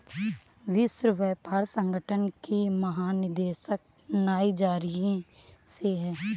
विश्व व्यापार संगठन की महानिदेशक नाइजीरिया से है